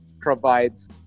provides